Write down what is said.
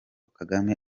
kagame